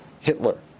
Hitler